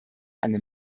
eine